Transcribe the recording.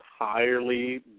entirely